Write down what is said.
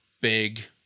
big